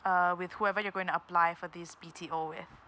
uh with whoever you're going to apply for this B_T_O with